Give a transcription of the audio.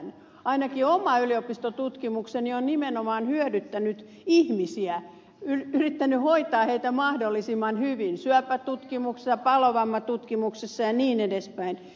ainakin oma yliopistotutkimukseni on nimenomaan hyödyttänyt ihmisiä yrittänyt hoitaa heitä mahdollisimman hyvin syöpätutkimuksessa palovammatutkimuksessa ja niin edelleen